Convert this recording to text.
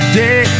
day